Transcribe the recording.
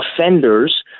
offenders